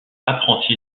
apprenti